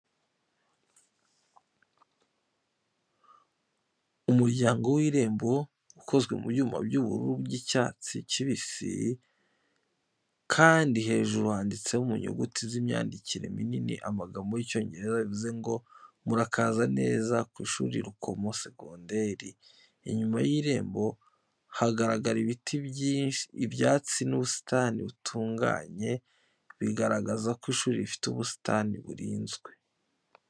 Umuryango w’irembo ukozwe mu byuma by’ubururu bw’icyatsi kibisi, kandi hejuru handitseho mu nyuguti z’imyandikire minini amagambo y’Icyongereza, bivuze ngo: "Murakaza neza ku ishuri Rukomo segonderi." Inyuma y’irembo hagaragara ibiti, ibyatsi n’ubusitani butunganye, bigaragaza ko ishuri rifite ubusitani burinzwe.